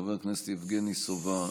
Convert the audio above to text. חבר הכנסת יבגני סובה,